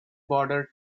border